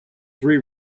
three